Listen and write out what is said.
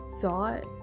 thought